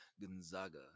Gonzaga